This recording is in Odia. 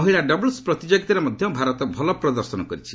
ମହିଳା ଡବଲ୍ସ ପ୍ରତିଯୋଗୀତାରେ ମଧ୍ୟ ଭାରତ ଭଲ ପ୍ରଦର୍ଶନ କରିଛି